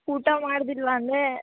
ಊಟ ಮಾಡಿದ್ದಿಲ್ವ ಅಂದೆ